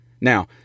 Now